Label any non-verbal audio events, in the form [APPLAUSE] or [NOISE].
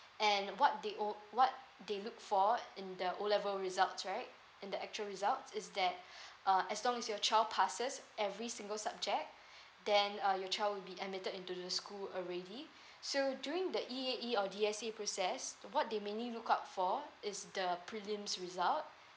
and what they o~ what they look for in the O level results right in the actual results is that [BREATH] uh as long as your child passes every single subject [BREATH] then uh your child will be admitted into the school already [BREATH] so during the E_A_E or D_S_A process what they mainly look out for is the prelim's result